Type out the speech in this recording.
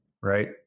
right